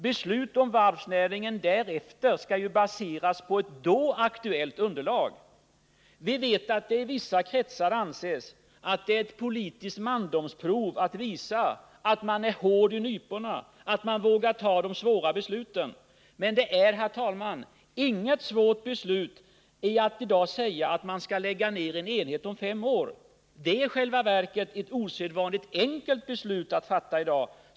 Beslut om varvsnäringen därefter skall baseras på ett då aktuellt underlag. Vi vet att det i vissa kretsar anses att det är ett politiskt mandomsprov att visa att man är hård i nyporna, att man vågar fatta de svåra besluten. Men det är, herr talman, inget svårt beslut att i dag säga att man skall lägga ner en enhet om fem år. Det är i själva verket ett osedvanligt enkelt beslut att fatta i dag.